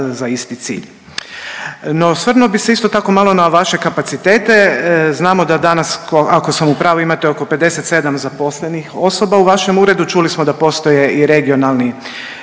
za isti cilj. No osvrnuo bih se isto tako malo na vaše kapacitete. Znamo da danas ako sam u pravu imate oko 57 zaposlenih osoba u vašem uredu, čuli smo da postoje i regionalni